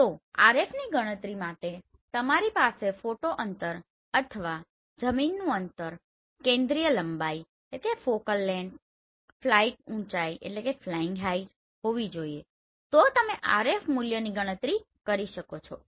તો RFની ગણતરી માટે તમારી પાસે ફોટો અંતર અથવા જમીનનું અંતર કેન્દ્રીય લંબાઈ ફ્લાઈંગ ઉચાઇ હોવી જોઈએ તો તમે RF મૂલ્યની ગણતરી કરી શકો છો